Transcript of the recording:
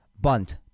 Bunt